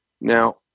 Now